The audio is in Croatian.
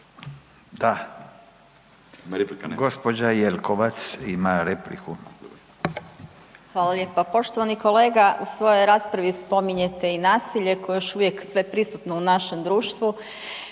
ima repliku. **Jelkovac, Marija (HDZ)** Hvala lijepa. Poštovani kolega u svojoj raspravi spominjete i nasilje koje je još uvijek sveprisutno u našem društvu